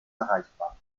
erreichbar